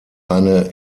eine